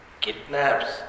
kidnaps